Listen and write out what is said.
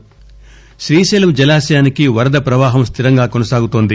శ్రీశైలం శ్రీశైలం జలాశయానికి వరద ప్రవాహం స్లిరంగా కొనసాగుతోంది